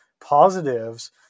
positives